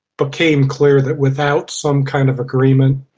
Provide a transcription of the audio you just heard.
became clear that without some kind of agreement,